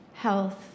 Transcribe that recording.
health